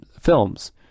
films